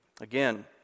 Again